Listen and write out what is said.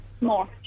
More